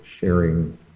sharing